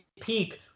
peak